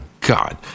God